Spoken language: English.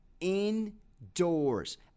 indoors